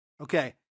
Okay